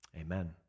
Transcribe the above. Amen